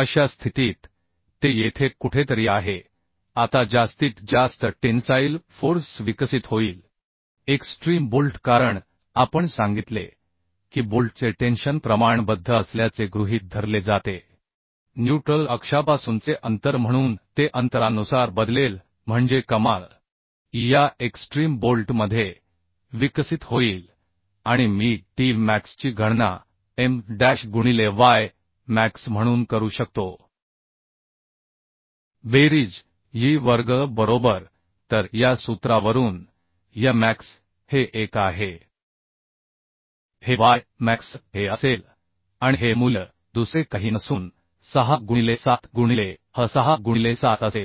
अशा स्थितीत ते येथे कुठेतरी आहे आता जास्तीत जास्त टेन्साईल फोर्स विकसित होईल एक्स्ट्रीम बोल्ट कारण आपण सांगितले की बोल्टचे टेन्शन प्रमाणबद्ध असल्याचे गृहीत धरले जाते न्यूट्रल अक्षापासूनचे अंतर म्हणून ते अंतरानुसार बदलेल म्हणजे कमाल या एक्स्ट्रीम बोल्ट मध्ये विकसित होईल आणि मी T मॅक्सची गणना M डॅश गुणिले वाय मॅक्स म्हणून करू शकतो बेरीज yi वर्ग बरोबर तर या सूत्रावरून y मॅक्स हे एक आहे हे y मॅक्स हे असेल आणि हे मूल्य दुसरे काही नसून 6 गुणिले 7 गुणिले h 6 गुणिले 7 असेल